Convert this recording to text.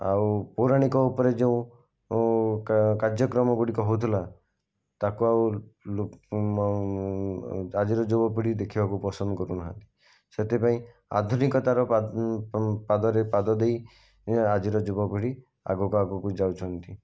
ଆଉ ପୌରାଣିକ ଉପରେ ଯେଉଁ କାର୍ଯ୍ୟକ୍ରମ ଗୁଡ଼ିକ ହେଉଥିଲା ତାକୁ ଆଉ ଆଜିର ଯୁବପିଢ଼ୀ ଦେଖିବାକୁ ପସନ୍ଦ କରୁନାହାନ୍ତି ସେଥିପାଇଁ ଆଧୁନିକତାର ପାଦରେ ପାଦ ଦେଇ ଆଜିର ଯୁବପିଢ଼ୀ ଆଗକୁ ଆଗକୁ ଯାଉଛନ୍ତି